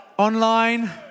Online